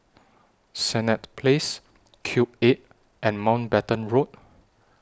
Senett Place Cube eight and Mountbatten Road